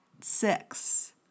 six